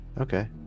okay